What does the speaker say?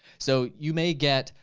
so you may get,